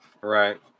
right